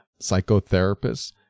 psychotherapists